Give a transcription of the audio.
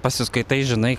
pasiskaitai žinai